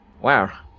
wow